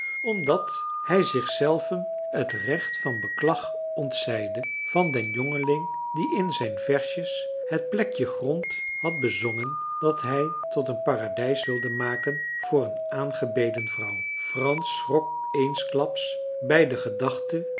omdat hij zich zelven het recht van beklag ontzeide van den jongeling die in zijn versjes het plekje grond had bezongen dat hij tot een paradijs wilde maken voor een aangebeden vrouw frans schrok eensklaps bij de gedachte